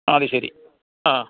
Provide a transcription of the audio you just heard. അതുശരി ആ